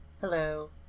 hello